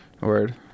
word